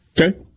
Okay